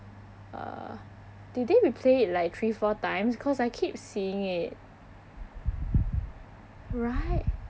uh did they replay it like three four times cause I keep seeing it right